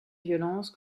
violence